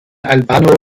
albano